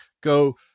go